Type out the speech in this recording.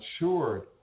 matured